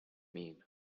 mean